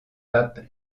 pape